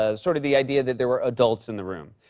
ah sort of the idea that there were adults in the room.